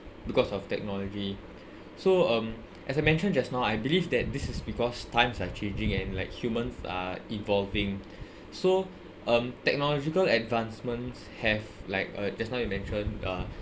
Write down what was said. because of technology so um as I mentioned just now I believe that this is because times are changing and like humans are evolving so um technological advancements have like uh just now you mentioned uh